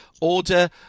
order